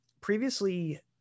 previously